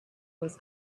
was